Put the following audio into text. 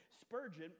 Spurgeon